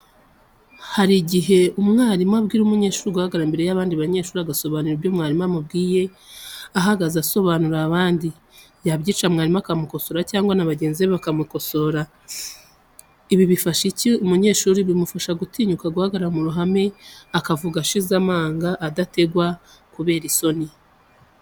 Hari igihe umwarimu abwira umunyeshuri guhagarara imbere y'abandi banyeshuri agasobanura ibyo mwarimu amubwiye ahagaze asobanurira abandi, yabyica mwarimu akamukosora cyangwa n'abagenzi be bakamukosora. Ibi bifasha iki umunyeshuri, bimufasha gutinyuka guhagarara muruhame akavuga ashize amanga adategwa kubera isoni.